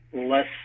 less